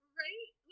right